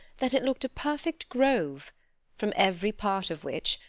that it looked a perfect grove from every part of which,